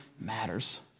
matters